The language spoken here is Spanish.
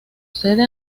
sede